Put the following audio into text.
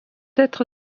être